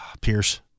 Pierce